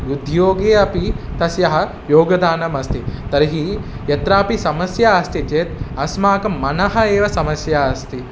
उद्योगे अपि तस्याः योगदानमस्ति तर्हि यत्रापि समस्या अस्ति चेत् अस्माकं मनः एव समस्या अस्ति